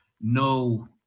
no